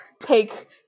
take